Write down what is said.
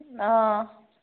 অঁ